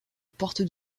porte